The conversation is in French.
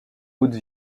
haute